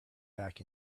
back